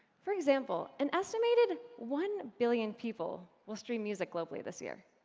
for example, an estimated one billion people will stream music globally this year.